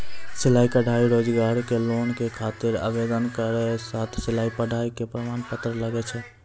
सिलाई कढ़ाई रोजगार के लोन के खातिर आवेदन केरो साथ सिलाई कढ़ाई के प्रमाण पत्र लागै छै?